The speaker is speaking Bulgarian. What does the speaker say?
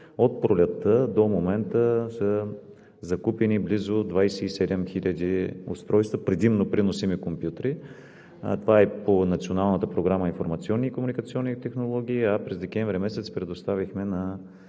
От пролетта до момента са закупени близо 27 хиляди устройства, предимно преносими компютри. Това е по Националната програма „Информационни и комуникационни технологии“, а през декември месец предоставихме на